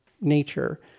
nature